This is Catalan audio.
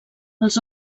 els